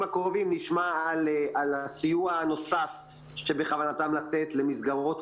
הקרובים נשמע על הסיוע הנוסף שבכוונתם לתת למסגרות,